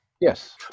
Yes